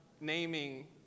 naming